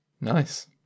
Nice